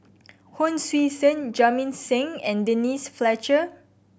Hon Sui Sen Jamit Singh and Denise Fletcher